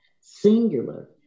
singular